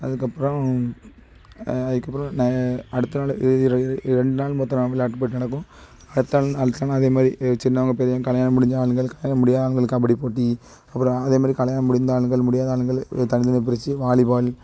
அதுக்கப்பறம் அதுக்கப்பறம் ந அடுத்த நாள் இது ரெண்டு நாள் மொத்தம் நான் விளையாட்டு போட்டி நடக்கும் அடுத்த நாள் அடுத்த நாள் இதே மாதிரி ஏ சின்னவங்க பெரியவங்க கல்யாணம் முடிஞ்ச ஆளுங்கள் கல்யாணம் முடியாதவங்கள் கபடி போட்டி அப்பறம் அதே மாதிரி கல்யாணம் முடிந்த ஆளுங்கள் முடியாத ஆளுங்கள் இப்படி தனி தனியாக பிரிச்சு வாலிபால்